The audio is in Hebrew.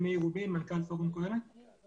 עכשיו